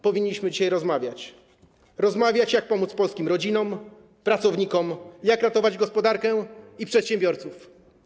Powinniśmy dzisiaj rozmawiać tylko o tym, jak pomóc polskim rodzinom, pracownikom, jak ratować gospodarkę i przedsiębiorców.